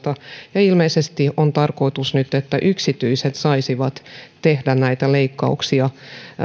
ja ilmeisesti on tarkoitus nyt että yksityiset saisivat tehdä näitä leikkauksia